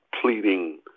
pleading